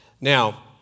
Now